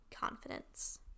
confidence